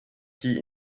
tea